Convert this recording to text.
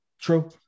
True